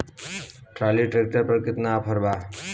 Trolley tractor पर केतना offer बा?